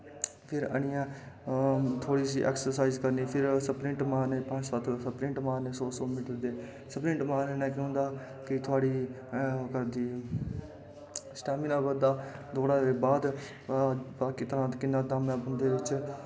फिर आनियै थोह्ड़ी जी ऐक्सर्साईज करनी स्परिंट मारने पंज सत्त सपरिंट मारने सौ सौ मीटर दे सेपरिंट मारने ने केह् होंदा थुआढ़ा स्टैमनां बधदा दौड़ा शा बाद च बाकी किन्ना दम ऐ बंदे बिच्च